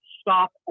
stop